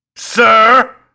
Sir